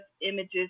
images